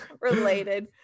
related